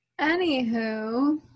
Anywho